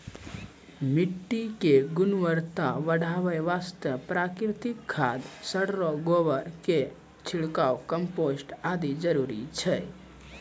मिट्टी के गुणवत्ता बढ़ाय वास्तॅ प्राकृतिक खाद, सड़लो गोबर के छिड़काव, कंपोस्ट आदि जरूरी छै